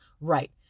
right